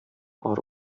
ары